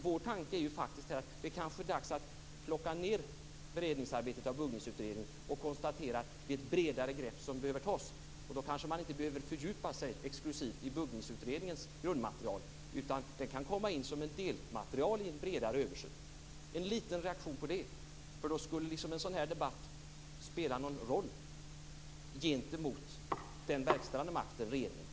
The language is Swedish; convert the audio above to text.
Vår tanke är faktiskt att det kanske är dags att plocka ned beredningsarbetet vad gäller Buggningsutredningen och att konstatera att ett bredare grepp behöver tas. Då behöver man kanske inte exklusivt fördjupa sig i Buggningsutredningens grundmaterial, utan det kan komma in som ett delmaterial i en bredare översyn. En liten reaktion på det vore bra. Då skulle en sådan här debatt spela någon roll gentemot den verkställande makten, regeringen.